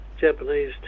japanese